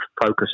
focus